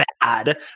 bad